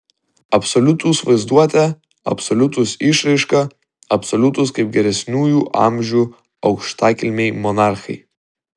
absoliutūs vaizduote absoliutūs išraiška absoliutūs kaip geresniųjų amžių aukštakilmiai monarchai